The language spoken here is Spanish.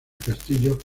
castillo